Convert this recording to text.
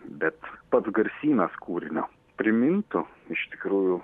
bet pats garsynas kūrinio primintų iš tikrųjų